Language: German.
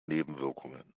nebenwirkungen